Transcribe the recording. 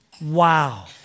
Wow